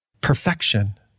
perfection